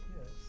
yes